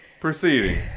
proceeding